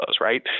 right